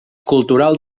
cultural